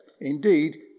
Indeed